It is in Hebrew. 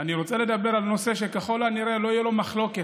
אני רוצה לדבר על נושא שככל הנראה לא תהיה בו מחלוקת,